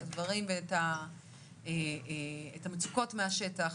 את הדברים ואת המצוקות מהשטח,